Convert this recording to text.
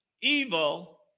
Evil